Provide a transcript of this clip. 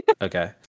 Okay